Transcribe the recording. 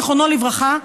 זיכרונו לברכה,